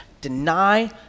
deny